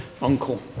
uncle